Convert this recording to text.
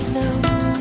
note